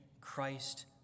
Christ